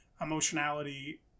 emotionality